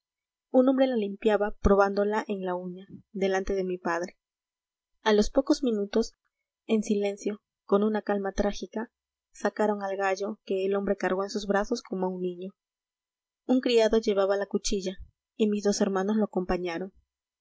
el hombre la limpiaba probándola en la uña delante de mi padre a los pocos minutos en silencio con una calma trágica sacaron al gallo que el hombre cargó en sus brazos como a un niño un criado llevaba la cuchilla y mis dos hermanos lo acompañaron